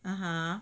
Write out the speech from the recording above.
(uh huh)